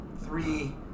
three